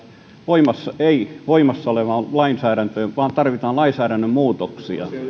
ei voimassa olevaan lainsäädäntöön vaan tarvitaan lainsäädännön muutoksia